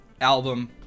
album